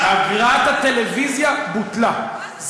אגרת הטלוויזיה בוטלה,